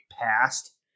passed